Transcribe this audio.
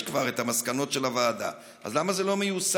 יש כבר את מסקנות הוועדה, אז למה זה לא מיושם?